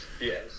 Yes